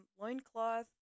loincloth